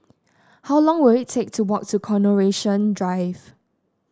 how long will it take to walk to Coronation Drive